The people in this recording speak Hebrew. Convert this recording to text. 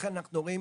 ולכן אנחנו רואים